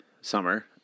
summer